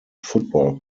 football